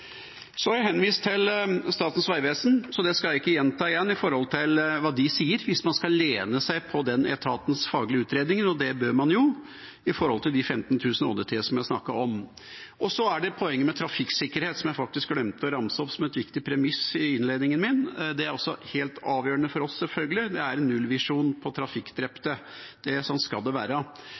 Jeg har henvist til Statens vegvesen, så det skal jeg ikke gjenta, med tanke på hva de sier, hvis man skal lene seg på den etatens faglige utredninger – og det bør man jo – i forbindelse med de 15 000 ÅDT som jeg snakket om. Så er det poenget med trafikksikkerhet, som jeg faktisk glemte å ramse opp som en viktig premiss i innledningen min. Det er også helt avgjørende for oss, selvfølgelig. Det er en nullvisjon med tanke på trafikkdrepte – slik skal det være.